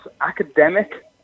academic